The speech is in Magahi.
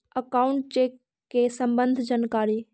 अकाउंट चेक के सम्बन्ध जानकारी?